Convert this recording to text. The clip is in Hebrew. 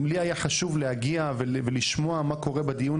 אם לי היה חשוב להגיע ולשמוע מה קורה בדיון